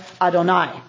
Adonai